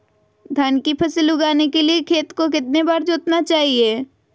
धान की फसल उगाने के लिए खेत को कितने बार जोतना चाइए?